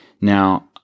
Now